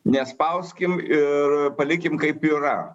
nespauskime ir palikime kaip yra